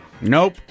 Nope